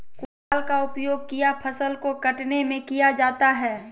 कुदाल का उपयोग किया फसल को कटने में किया जाता हैं?